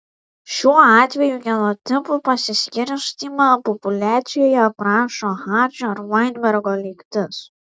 šiuo atveju genotipų pasiskirstymą populiacijoje aprašo hardžio ir vainbergo lygtis